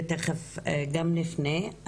ותיכף גם נפנה,